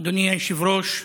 אדוני היושב-ראש,